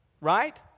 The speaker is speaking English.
Right